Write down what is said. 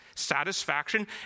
satisfaction